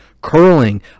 curling